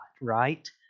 right